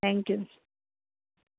thank you